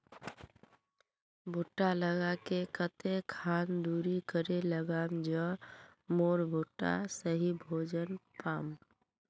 भुट्टा लगा ले कते खान दूरी करे लगाम ज मोर भुट्टा सही भोजन पाम?